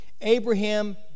Abraham